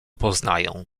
poznają